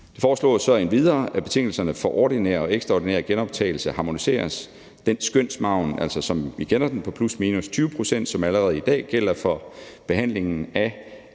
Det foreslås så endvidere, at betingelserne for ordinær og ekstraordinær genoptagelse harmoniseres. Den skønsmargen, som vi kender, på plus/minus 20 pct., som allerede i dag gælder for behandlingen af